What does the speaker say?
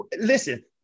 Listen